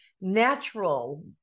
natural